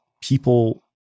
people